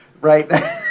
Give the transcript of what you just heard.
Right